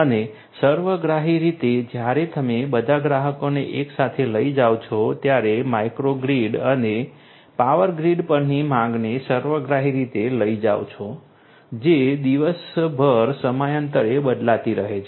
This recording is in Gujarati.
અને સર્વગ્રાહી રીતે જ્યારે તમે બધા ગ્રાહકોને એકસાથે લઈ જાઓ છો ત્યારે માઇક્રો ગ્રીડ અને પાવર ગ્રીડ પરની માંગને સર્વગ્રાહી રીતે લઈ જાઓ છો જે દિવસભર સમયાંતરે બદલાતી રહે છે